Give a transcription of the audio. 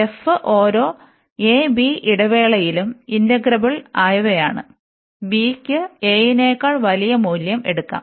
f ഓരോ a b ഇടവേളയിലും integrable ആയവയാണ് b യ്ക്ക് a നേക്കാൾ വലിയ മൂല്യം എടുക്കാം